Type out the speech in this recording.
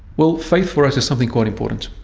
well, faith for us is something quite important.